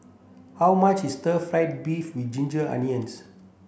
how much is stir fry beef with ginger onions